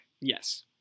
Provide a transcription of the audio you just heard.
Yes